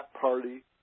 party